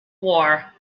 war